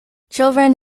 children